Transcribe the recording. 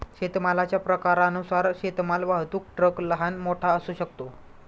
शेतमालाच्या प्रकारानुसार शेतमाल वाहतूक ट्रक लहान, मोठा असू शकतो